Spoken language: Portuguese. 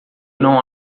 não